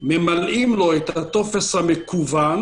ממלאים לו את הטופס המקוון.